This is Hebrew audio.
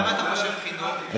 למה אתה חושב חינוך?